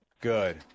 Good